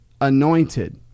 anointed